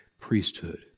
priesthood